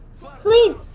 Please